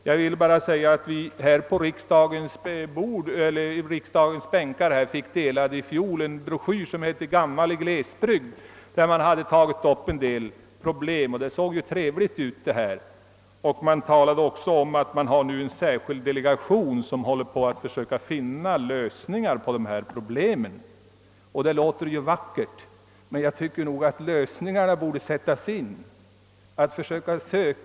Jag vill bara tillägga att vi på våra bänkar här i riksdagen i fjol fick broschyren »Gammal i glesbygd», i vilken man tog upp en del problem. Det hela såg mycket vackert ut. Det sades 1 broschyren, att man för närvarande har en särskild delegation som försöker finna lösningen på dessa problem. Detta låter mycket vackert, men jag tycker nog att lösningarna borde åstadkommas omedelbart.